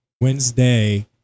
Wednesday